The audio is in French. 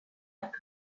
peu